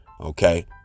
Okay